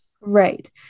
Right